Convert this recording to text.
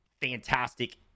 fantastic